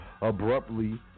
abruptly